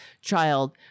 child